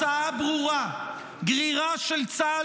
התוצאה ברורה: גרירה של צה"ל